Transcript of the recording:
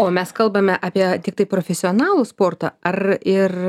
o mes kalbame apie tiktai profesionalų sportą ar ir